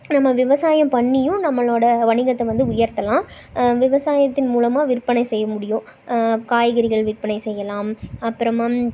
நம்ம விவசாயம் பண்ணியும் நம்மளோட வணிகத்தை வந்து உயர்த்தலாம் விவசாயத்தின் மூலமாக விற்பனை செய்ய முடியும் காய்கறிகள் விற்பனை செய்யலாம் அப்புறமாம்